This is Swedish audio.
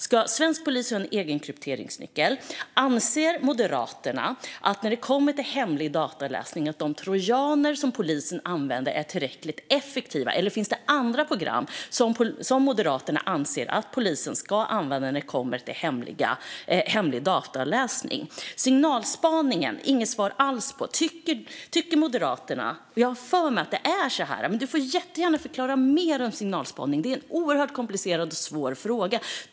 Ska svensk polis ha en egen krypteringsnyckel? Anser Moderaterna när det gäller hemlig dataavläsning att de trojaner som polisen använder är tillräckligt effektiva, eller finns det andra program som Moderaterna anser att polisen ska använda när det gäller hemlig dataavläsning? På frågan om signalspaningen fick jag inget svar alls. Jag har för mig att det är så här, men du får jättegärna förklara mer om signalspaning; det är en oerhört komplicerad och svår fråga.